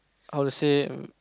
how to say